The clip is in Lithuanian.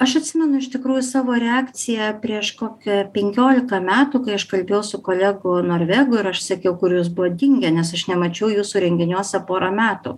aš atsimenu iš tikrųjų savo reakciją prieš kokia penkiolika metų kai aš kalbėjau su kolegu norvegu ir aš sakiau kuris buvo dingę nes aš nemačiau jūsų renginiuose pora metų